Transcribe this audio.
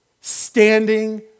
standing